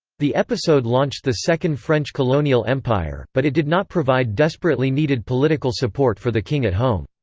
the episode launched the second french colonial empire, but it did not provide desperately needed political support for the king at home.